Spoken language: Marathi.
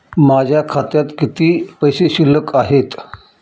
माझ्या खात्यात किती पैसे शिल्लक आहेत?